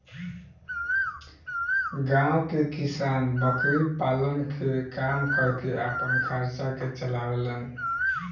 गांव के किसान बकरी पालन के काम करके आपन खर्चा के चलावे लेन